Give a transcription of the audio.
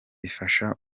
bifasha